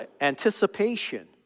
anticipation